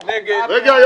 אני לא מבין.